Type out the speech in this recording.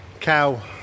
cow